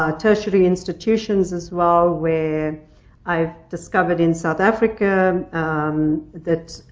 um tertiary institutions as well, where i've discovered in south africa that,